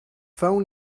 phone